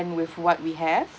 with what we have